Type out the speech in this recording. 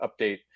update